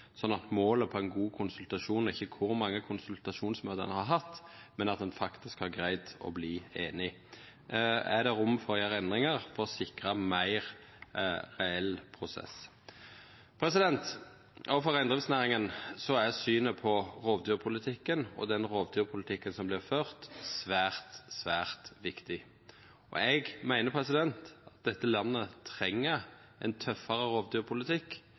at målet på ein god konsultasjon ikkje er kor mange konsultasjonsmøte ein har hatt, men at ein faktisk har greidd å verta einige – om det er rom for å gjera endringar for å sikra ein meir reell prosess. Også for reindriftsnæringa er synet på rovdyrpolitikken og den rovdyrpolitikken som vert ført, svært, svært viktig. Eg meiner at dette landet treng ein tøffare rovdyrpolitikk